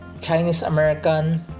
Chinese-American